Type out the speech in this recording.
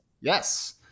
Yes